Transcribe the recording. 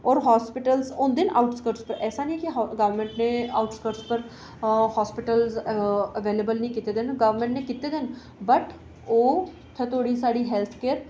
होर हॉस्पिटल होंदे आऊटकट्स पर ऐसा निं ऐ की गौरमेंट नै आऊटकट्स पर हॉस्पिटल एबेलएवल निं कीते दे न गौरमेंट नै कीते दे न पर ओह् उत्थूं धोड़ी